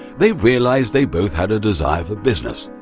they realized they both had a desire for business.